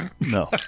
No